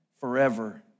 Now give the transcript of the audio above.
forever